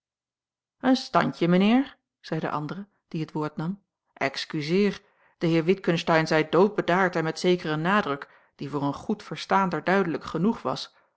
een standje mijnheer zei de andere die het woord nam excuseer de heer witgensteyn zei doodbedaard en met zekeren nadruk die voor een goed verstaander duidelijk genoeg was